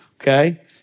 okay